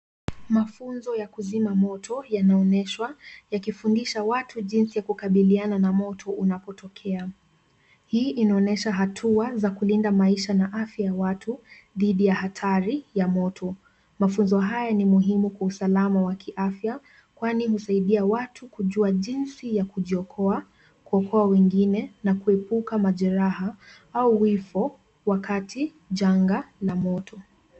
Mafunzo ya kuzima moto yanaonyeshwa yakifundisha watu jinsi ya kukabiliana na moto unapotokea. Hii inaonyesha hatua za kulinda maisha na afya ya watu dhidi ya hatari ya moto. Mafunzo haya ni muhimu kwa usalama wa kiafya kwani husaidia watu kujua jinsi ya kujiokoa, kuokoa wengine na kuepuka majeraha au vifo wakati janga la moto.